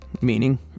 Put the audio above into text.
Meaning